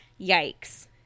yikes